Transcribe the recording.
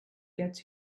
gets